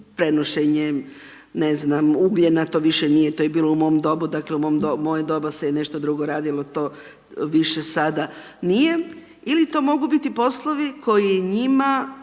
prenošenje ugljena - to više nije, to je bilo u mom dobu. Dakle u moje doba se nešto drugo radilo. To više sada nije. Ili to mogu biti poslovi koji njima